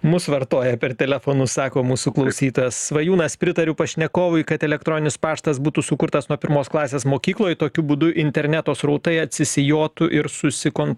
mus vartoja per telefonus sako mūsų klausytojas svajūnas pritariu pašnekovui kad elektroninis paštas būtų sukurtas nuo pirmos klasės mokykloje tokiu būdu interneto srautai atsisijotų ir susikon